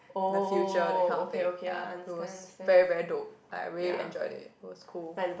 the future that kind of thing ya it was very very dope I really enjoy it it was cool